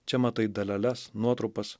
čia matai daleles nuotrupas